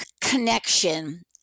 connection